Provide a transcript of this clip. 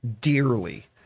dearly